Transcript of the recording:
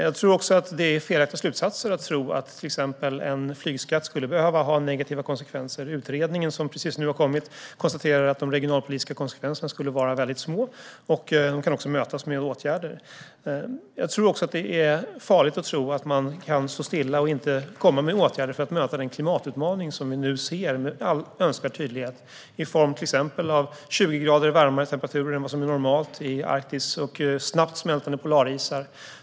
Det är nog en felaktig slutsats att tro att till exempel en flygskatt måste få negativa konsekvenser. Utredningen, som precis kommit, konstaterar att de regionalpolitiska konsekvenserna skulle vara små, och de kan också mötas med åtgärder. Det är också farligt att tro att man kan stå stilla och inte vidta åtgärder för att möta den klimatutmaning som vi tydligt ser, till exempel i form av 20 grader varmare temperatur än normalt i Arktis och snabbt smältande polarisar.